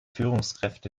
führungskräfte